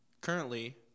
currently